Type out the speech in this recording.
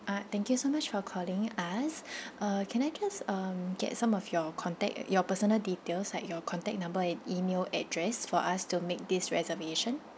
uh thank you so much for calling us uh can I just um get some of your contact your personal details like your contact number and email address for us to make this reservation